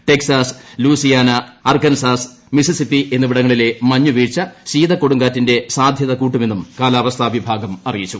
Texas Louisiana Arkansas Mississippi എന്നിവിടങ്ങ്ങളില്ല മഞ്ഞുവീഴ്ച ശീതക്കൊടുങ്കാറ്റിന്റെ സാധ്യതകൂട്ടുമെന്നും കാല്പാവസ്ഥാ വിഭാഗം അറിയിച്ചു